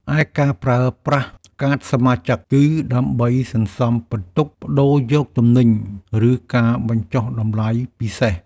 ឯការប្រើប្រាស់កាតសមាជិក គឺដើម្បីសន្សំពិន្ទុប្ដូរយកទំនិញ ឬការបញ្ចុះតម្លៃពិសេស។